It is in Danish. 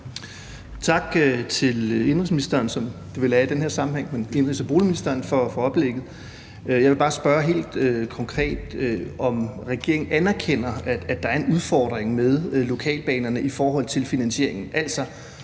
til indenrigsministeren, som det vel er i den her sammenhæng. Jeg vil bare spørge helt konkret, om regeringen anerkender, at der er en udfordring med lokalbanerne i forhold til finansieringen,